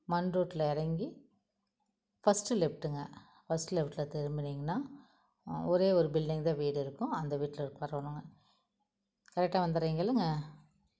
மண் ரோட்டில் இறங்கி ஃபர்ஸ்டு லெஃப்ட்டுங்க ஃபர்ஸ்டு லெஃப்ட்டில் திரும்புனீங்கனால் ஒரே ஒரு பில்டிங் தான் வீடு இருக்கும் அந்த வீட்டில் இருக்கிறோங்க கரெக்ட்டாக வந்துடுறிங்களாங்க